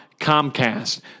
Comcast